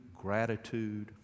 gratitude